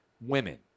women